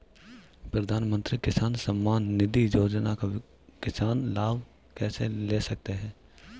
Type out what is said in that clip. प्रधानमंत्री किसान सम्मान निधि योजना का किसान लाभ कैसे ले सकते हैं?